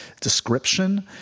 description